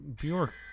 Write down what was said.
Bjork